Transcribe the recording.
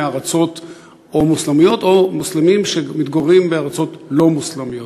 או מארצות מוסלמיות או מוסלמים שמתגוררים בארצות לא מוסלמיות?